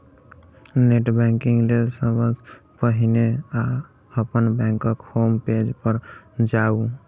net banking लेल सबसं पहिने अपन बैंकक होम पेज पर जाउ